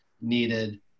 needed